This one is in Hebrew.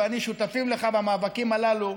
שותפים לך במאבקים הללו,